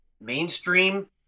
mainstream